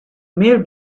mail